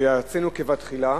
"ויועצינו כבתחילה